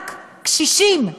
רק קשישים,